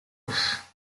worse